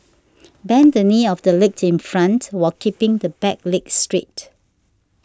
bend the knee of the leg in front while keeping the back leg straight